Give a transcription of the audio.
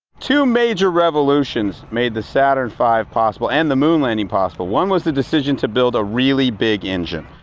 two major revolutions made the saturn five possible, and the moon landing possible. one was the decision to build a really big engine.